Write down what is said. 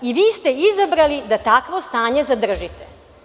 I vi ste izabrali da takvo stanje zadržite.